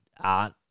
art